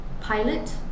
pilot